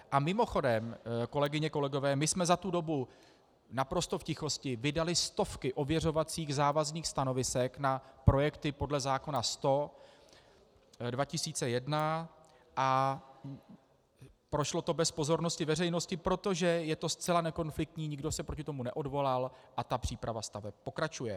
A mimochodem, kolegyně, kolegové, my jsme za tu dobu naprosto v tichosti vydali stovky ověřovacích závazných stanovisek na projekty podle zákona 100/2001 a prošlo to bez pozornosti veřejnosti, protože je to zcela nekonfliktní, nikdo se proti tomu neodvolal a příprava těch staveb pokračuje.